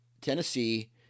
tennessee